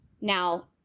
Now